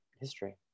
history